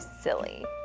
silly